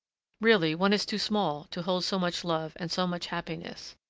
really, one is too small to hold so much love and so much happiness!